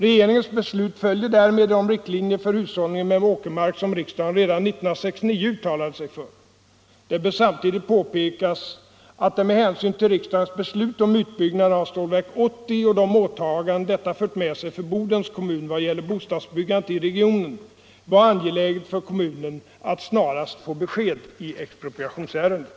Regeringens beslut följer därmed de riktlinjer för hushållningen med åkermark, som riksdagen redan 1969 uttalade sig för. Det bör samtidigt påpekas att det med hänsyn till riksdagens beslut om utbyggnaden av Stålverk 80 och de åtaganden detta fört med sig för Bodens kommun vad gäller bostadsbyggandet i regionen var angeläget för kommunen att snarast få besked i expropriationsärendet.